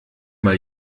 mal